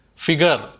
Figure